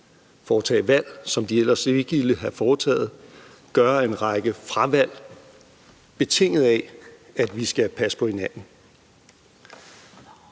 foretage valg, som de ellers ikke ville have foretaget, og gøre en række fravalg betinget af, at vi skal passe på hinanden.